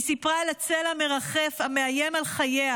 היא סיפרה על הצל המרחף המאיים על חייה